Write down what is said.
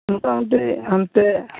ᱢᱚᱴᱟᱢᱩᱴᱤ ᱦᱟᱱᱛᱮ